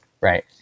Right